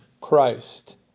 Christ